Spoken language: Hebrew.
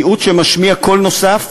מיעוט שמשמיע קול נוסף,